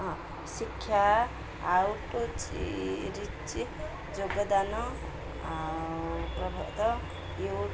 ହଁ ଶିକ୍ଷା ଆଉ ଯୋଗଦାନ ଆଉ ପ୍ରଭାତ